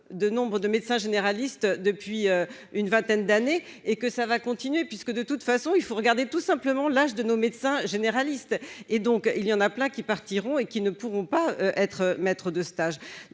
de nombres de médecins généralistes depuis une vingtaine d'années et que ça va continuer puisque de toute façon, il faut regarder tout simplement l'âge de nos médecins généralistes et donc il y en a plein qui partiront, et qui ne pourront pas être maître de stage,